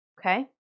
Okay